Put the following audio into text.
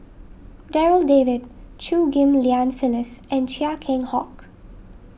Darryl David Chew Ghim Lian Phyllis and Chia Keng Hock